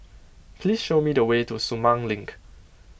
please show me the way to Sumang Link